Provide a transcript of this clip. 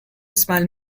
smile